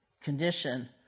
condition